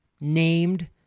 named